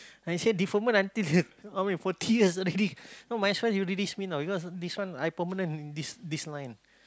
I say deferment until already forty years already might as well you release me because this one I permanent this this line